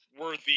worthy